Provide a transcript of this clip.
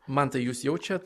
mantai jūs jaučiat